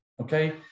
Okay